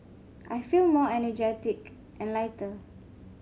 I feel more energetic and lighter